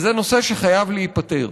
וזה נושא שחייב להיפתר.